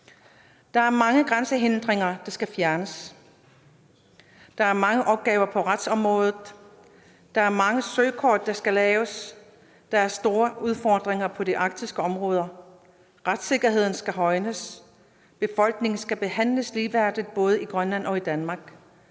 Der er mange grænsehindringer, der skal fjernes. Der er mange opgaver på retsområdet. Der er mange søkort, der skal laves. Der er store udfordringer på de arktiske områder. Retssikkerheden skal højnes. Befolkningerne skal behandles ligeværdigt både i Grønland og i Danmark.